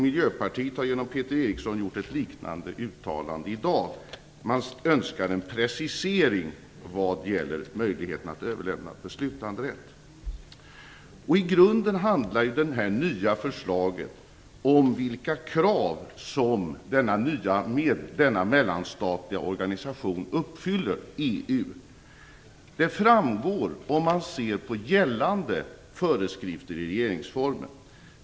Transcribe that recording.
Miljöpartiet har genom Peter Eriksson gjort ett liknande uttalande i dag. Man önskar en precisering vad gäller möjligheterna att överlämna en beslutanderätt. I grunden handlar det nya förslaget om vilka krav som denna mellanstatliga organisation, EU, uppfyller. Det framgår om man ser på gällande föreskrifter i regeringsformen.